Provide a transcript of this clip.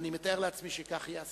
142ב(ב) לתקנון הכנסת, אבקש